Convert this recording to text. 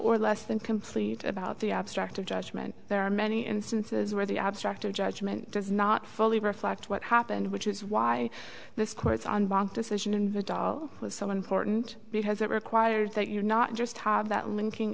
or less than complete about the abstract of judgment there are many instances where the abstract of judgment does not fully reflect what happened which is why this quotes on bob decision and the doll was so important because it requires that you not just have that linking